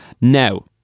Now